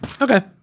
Okay